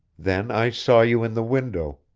then i saw you in the window.